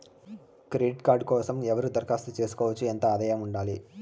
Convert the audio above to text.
Credit card కోసం ఎవరు దరఖాస్తు చేసుకోవచ్చు? ఎంత ఆదాయం ఉండాలి?